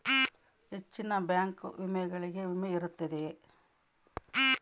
ಹೆಚ್ಚಿನ ಬ್ಯಾಂಕ್ ಠೇವಣಿಗಳಿಗೆ ವಿಮೆ ಇರುತ್ತದೆಯೆ?